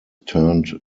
turned